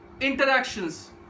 interactions